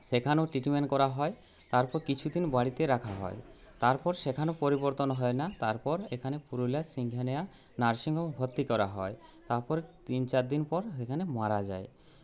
সেখানেও ট্রিটমেন্ট করা হয় তারপর কিছুদিন বাড়িতে রাখা হয় তারপর সেখানেও পরিবর্তন হয় না তারপর এখানে পুরুলিয়ার সিংহানিয়া নার্সিংহোমে ভর্তি করা হয় তারপর তিন চারদিন পর এখানে মারা যায়